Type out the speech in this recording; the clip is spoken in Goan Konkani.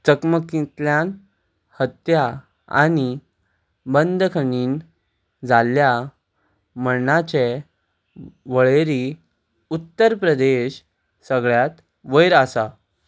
चकमकींतल्यान हत्या आनी बंदखनींत जाल्ल्या मर्णाचे वळेरेंत उत्तर प्रदेश सगळ्यांत वयर आसा